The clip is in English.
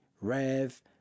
rev